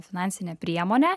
finansine priemone